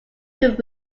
through